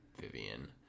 Vivian